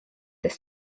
this